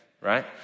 right